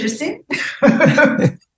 interesting